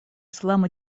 ислам